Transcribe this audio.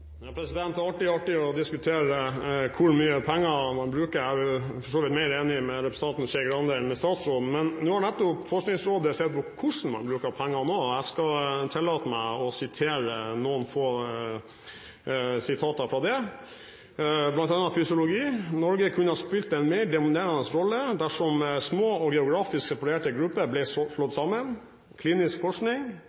vidt mer enig med representanten Skei Grande enn med statsråden. Forskningsrådet har nettopp sett på hvordan man bruker penger nå, og jeg skal tillate meg å nevne bl.a. følgende: Når det gjelder fysiologi: Norge kunne ha spilt en mer dominerende rolle dersom små og geografisk separerte grupper ble